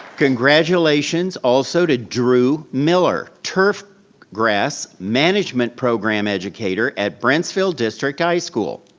congratulations, also, to drew miller, turf grass management program educator at brentsville district high school.